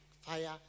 fire